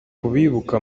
kubibuka